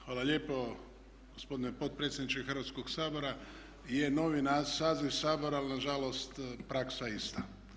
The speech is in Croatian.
Hvala lijepo gospodine potpredsjedniče Hrvatskog sabora, je novi saziv Sabora ali nažalost praksa je ista.